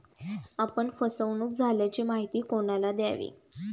आपण फसवणुक झाल्याची माहिती कोणाला द्यावी?